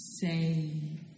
say